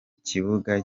kibuga